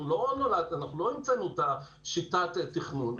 אנחנו לא המצאנו את שיטת התכנון.